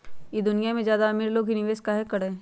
ई दुनिया में ज्यादा अमीर लोग ही निवेस काहे करई?